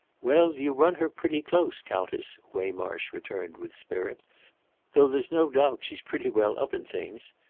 well, you run her pretty close, countess, waymarsh returned with spirit though there's no doubt she's pretty well up in things.